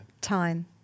time